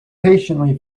patiently